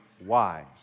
wise